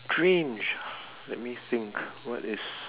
strange ah let me think what is